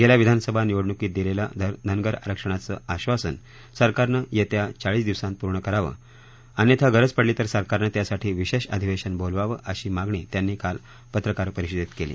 गळ्वा विधानसभा निवडणुकीत दिलक्षीधनगर आरक्षणाचं आश्वासन सरकारनं यस्त्रा चाळीस दिवसात पूर्ण करावं अन्यथा गरज पडली तर सरकारनं त्यासाठी विश्वा अधिवध्मि बोलवावं अशी मागणी त्यांनी काल पत्रकार परिषदर्व कली